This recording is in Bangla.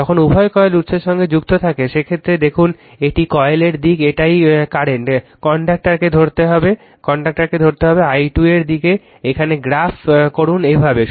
যখন উভয় কয়েল উৎসের সঙ্গে যুক্ত থাকে সেক্ষেত্রে দেখুন এটি কারেন্টের দিক এটিই কারেন্ট কন্ডাক্টরকে ধরতে হবে কারেন্ট i2 এর দিকে এখানে গ্রাফ করুন এভাবে